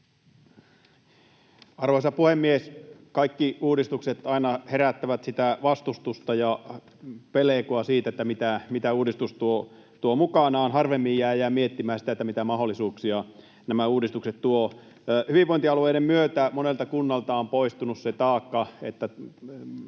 Arvoisa puhemies! Kaikki uudistukset aina herättävät vastustusta ja pelkoa siitä, mitä uudistus tuo mukanaan. Harvemmin jäädään miettimään sitä, mitä mahdollisuuksia nämä uudistukset tuovat. Hyvinvointialueiden myötä monelta kunnalta on poistunut se taakka, että